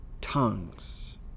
tongues